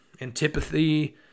antipathy